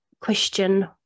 question